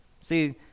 See